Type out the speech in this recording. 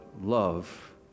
love